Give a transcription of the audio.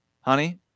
honey